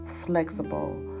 flexible